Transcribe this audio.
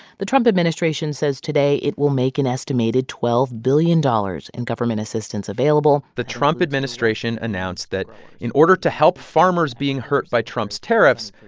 the trump administration says today it will make an estimated twelve billion dollars in government assistance available the trump administration announced that in order to help farmers being hurt by trump's tariffs,